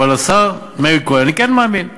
אבל לשר מאיר כהן אני כן מאמין,